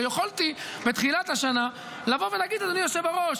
הרי יכולתי בתחילת השנה לבוא ולהגיד: אדוני היושב-ראש,